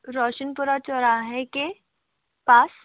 रौशनपुरा चौराहे के पास